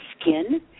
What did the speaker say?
skin